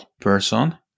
person